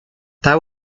that